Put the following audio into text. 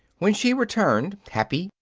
when she returned, happy,